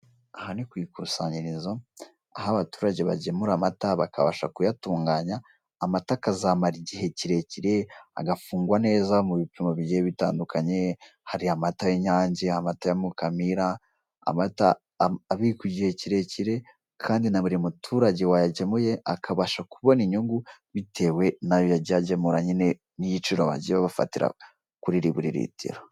Aha ni ku ikusanyirizo aho abaturage bagemura amata bakabasha kuyatunganya amata akazamara igihe kirekire agafungwa neza mu bipimo bigiye bitandukanye. Hari amata y'inyange amata ya mukamira, amata abikwa igihe kirekire kandi na buri muturage wayagemuye akabasha kubona inyungu bitewe nayo yagiye agemura nyime bite we n'igiciro bagiye bafatira kuri buri litiro.